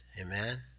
amen